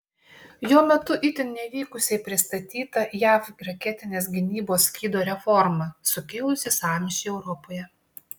jo metu itin nevykusiai pristatyta jav raketinės gynybos skydo reforma sukėlusį sąmyšį europoje